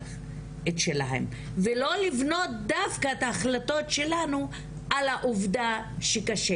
את שלהן ולא לבנות דווקא את ההחלטות שלנו על העובדה שקשה.